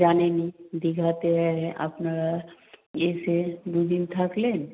জানেনই দীঘাতে আপনারা এসে দুদিন থাকলেন